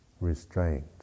restraint